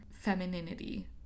femininity